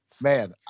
man